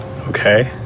okay